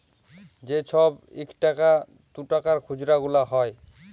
যে ছব ইকটাকা দুটাকার খুচরা গুলা হ্যয়